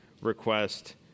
request